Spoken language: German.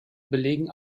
belegen